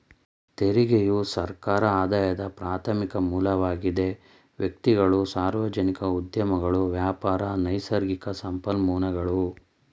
ತೆರಿಗೆಯು ಸರ್ಕಾರ ಆದಾಯದ ಪ್ರಾರ್ಥಮಿಕ ಮೂಲವಾಗಿದೆ ವ್ಯಕ್ತಿಗಳು, ಸಾರ್ವಜನಿಕ ಉದ್ಯಮಗಳು ವ್ಯಾಪಾರ, ನೈಸರ್ಗಿಕ ಸಂಪನ್ಮೂಲಗಳು